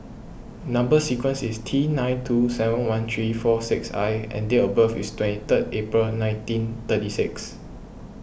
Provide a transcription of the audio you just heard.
Number Sequence is T nine two seven one three four six I and date of birth is twenty three April nineteen thirty six